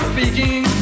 Speaking